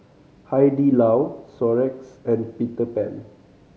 Hai Di Lao Xorex and Peter Pan